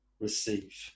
receive